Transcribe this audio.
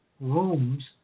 rooms